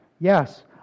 Yes